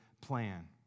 plan